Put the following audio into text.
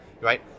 Right